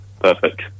Perfect